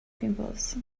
pimples